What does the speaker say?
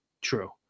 true